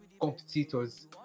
Competitors